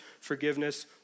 forgiveness